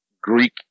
Greek